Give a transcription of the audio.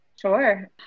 Sure